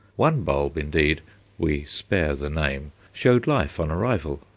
one bulb, indeed we spare the name showed life on arrival,